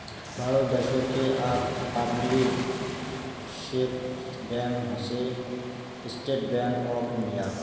ভারত দ্যাশোতের আক public sector bank হসে স্টেট্ ব্যাঙ্ক অফ ইন্ডিয়া